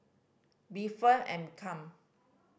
be firm and calm